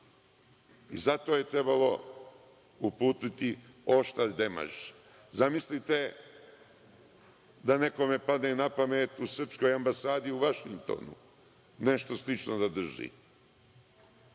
I, zato je trebalo uputiti oštar demarš. Zamislite da nekome padne na pamet u Srpskoj ambasadi u Vašingtonu nešto slično da drži.